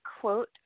quote